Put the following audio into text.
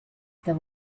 the